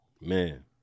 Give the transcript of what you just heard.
man